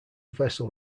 vessel